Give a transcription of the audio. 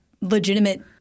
legitimate